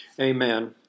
Amen